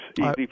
easy